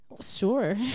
Sure